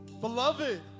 beloved